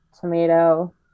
tomato